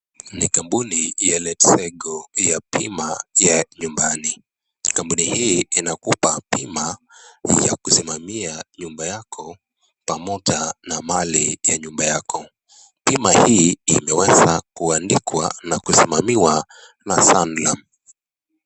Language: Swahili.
Ni kampuni ya LetsGo ya bima ya nyumbani, kampuni hii inakupa bima ya kusimamia nyumba yako pamoja na mali ya nyumba yako, bima hii imeweza kuandikwa na kusimamiwa na sanlam.